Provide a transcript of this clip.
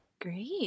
great